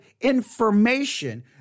information